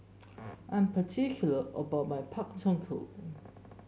I'm particular about my Pak Thong Ko